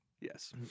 Yes